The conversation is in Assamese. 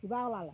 কিবা ওলালে